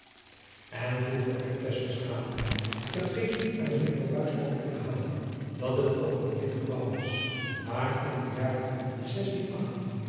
en voegde er tesselschade bij vergeet niet aan juffrouw buisman te verhalen dat het ook in dit gebouw was waar in de jaren